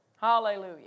Hallelujah